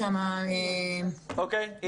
זה כאל ילדים שצריכים להגיע לבית הספר וכך אנחנו